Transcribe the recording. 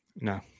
No